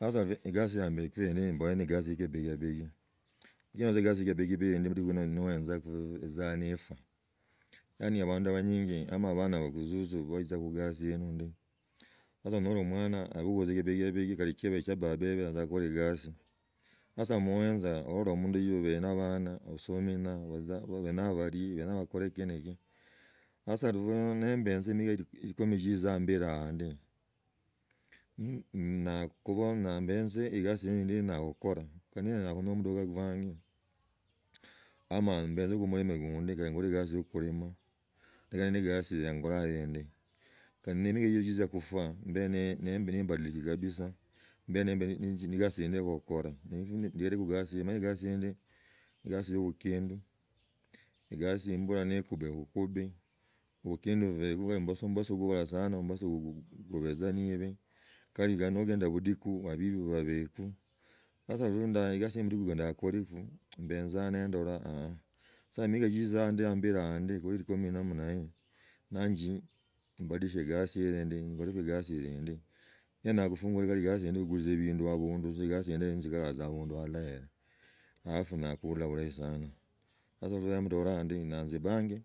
Sasa eyasi ya mboku yeni hiyo mboye neegasi ye kibiyayi. Nanyola egasi ye kibiyagi bulitiki noenzakuu tza nefia yoni abandu abanyinyi nomba abana bakuzuzu ne baitsa khugasa ino ndi sasa noli amwana obugula tza eshibigabig kali tehiba tehia baba wewe nenza kugula egosi. Sasa hamuenza oli omundu obe no omwana abasami na obenya balie benya bakhole ki na ki sasa nembetwa miko nki shimbilaa ondio nambetsa eyasi indi ye nyala khukola ne kali nyala khuba no mudoka kwanze ama mbetse no mulima gundi kali nyoli egasi ya kulima, ni goti egasi ye kola indi yandi nitnzinbanya khufwa mbe nimbatikile kabisa mbi nagasi ind ye imbola ikuba kukubi obukindi bubaho mmbasi nagivala sana. Ombasu gubatsa ne ibi kali nogenda budiku abebi babeku sasa eyasi go budiki nyaa ngoleku, mbenza ne ndaloku aa, sa emaka tsisanga ambeli and nekoli tsa namna hiyo na nji embadilishi egasi hiya ndi, enyoleko egasi indi ye nyala kungula egasi ya kugulusia ebindu abandu agalsi yenzigala tza abandu alahera halafu nyala khuula bulohi sana nya nzibange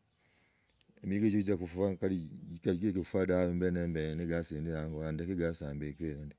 emika tsio kufwa nikali tsiokufwa dabi mbi na mbele ne yasi ene ango anje.